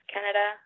Canada